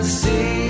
see